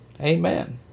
Amen